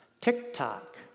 TikTok